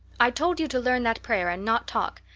i told you to learn that prayer and not talk.